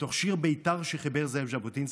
מתוך שיר בית"ר שחיבר זאב ז'בוטינסקי,